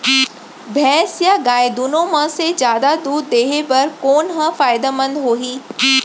भैंस या गाय दुनो म से जादा दूध देहे बर कोन ह फायदामंद होही?